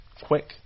quick